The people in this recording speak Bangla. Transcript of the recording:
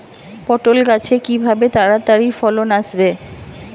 পটল গাছে কিভাবে তাড়াতাড়ি ফলন আসবে?